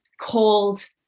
called